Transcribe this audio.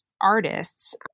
artists